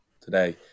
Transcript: today